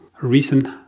recent